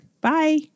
Bye